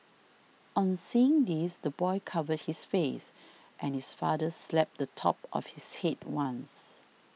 on seeing this the boy covered his face and his father slapped the top of his head once